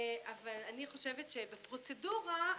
אני חושבת שבפרוצדורה,